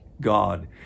God